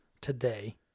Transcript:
today